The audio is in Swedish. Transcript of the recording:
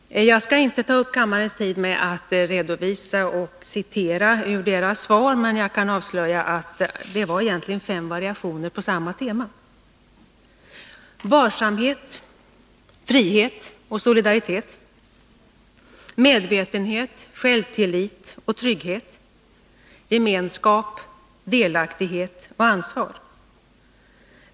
Jag skall inte ta upp kammarens tid med att redovisa och citera ur svaren, men jag kan avslöja att det egentligen var fem variationer på samma tema: Varsamhet, frihet och solidaritet. Medvetenhet, självtillit och trygghet. Gemenskap, delaktighet och ansvar.